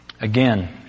Again